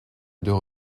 deux